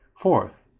Fourth